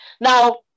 Now